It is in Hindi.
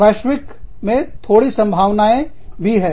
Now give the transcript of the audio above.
वैश्विक में थोड़ी संभावनाएं भी है